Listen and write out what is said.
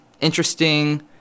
interesting